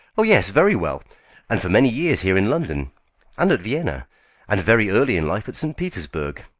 oh, yes, very well and for many years here in london and at vienna and very early in life at st. petersburg.